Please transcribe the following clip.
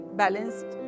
balanced